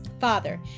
Father